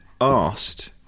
asked